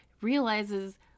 realizes